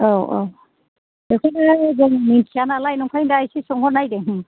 औ औ बेखौनो जों मिन्थिया नालाय नंखायनो दा एसे सोंहर नायदों